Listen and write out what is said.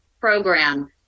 program